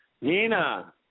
Nina